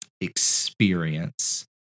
experience